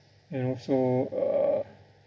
and also uh